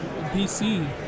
BC